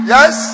Yes